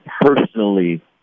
personally